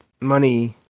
money